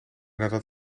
nadat